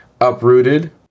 uprooted